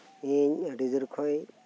ᱤᱧ ᱟᱹᱰᱤ ᱡᱚᱨᱠᱷᱚᱡ ᱠᱷᱚᱡ